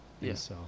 Yes